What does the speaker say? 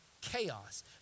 chaos